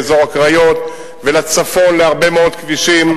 אזור הקריות ולצפון להרבה מאוד כבישים.